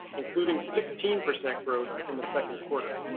including sixteen percent growth in the second quarter.